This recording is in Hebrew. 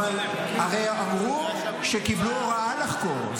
הרי אמרו שקיבלו הוראה לחקור.